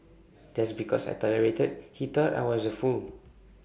just because I tolerated he thought I was A fool